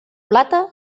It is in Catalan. plata